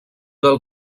del